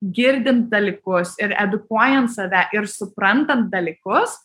girdint dalykus ir edukuojant save ir suprantant dalykus